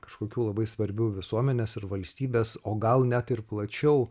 kažkokių labai svarbių visuomenės ir valstybės o gal net ir plačiau